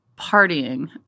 partying